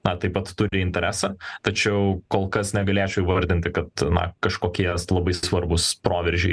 na taip pat turi interesą tačiau kol kas negalėčiau įvardinti kad na kažkokie labai svarbus proveržiai